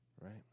right